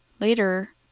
later